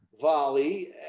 volley